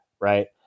right